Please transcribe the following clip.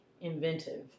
inventive